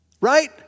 right